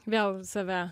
vėl save